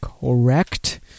Correct